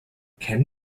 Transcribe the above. can